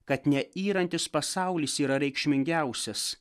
kad ne yrantis pasaulis yra reikšmingiausias